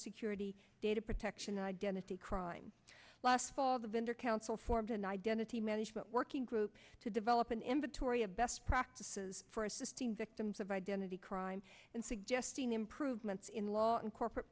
security data protection identity crime last fall the vendor council formed an identity management working group to develop an inventory of best practices for assisting victims of identity crime and suggesting improvements in law and corporate